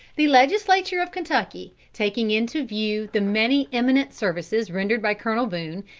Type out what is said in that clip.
the legislature of kentucky, taking into view the many eminent services rendered by colonel boone,